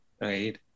right